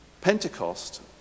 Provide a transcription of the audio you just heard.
Pentecost